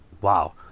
wow